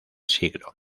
siglo